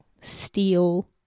steel